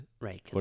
Right